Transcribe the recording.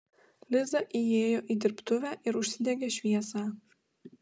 liza įėjo į dirbtuvę ir užsidegė šviesą